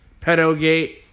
Pedogate